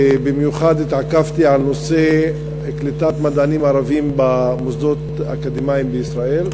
ובמיוחד התעכבתי על נושא קליטת מדענים ערבים במוסדות האקדמיים בישראל.